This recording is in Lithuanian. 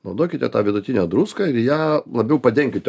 naudokite tą vidutinę druską ir ja labiau padenkite